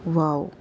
wow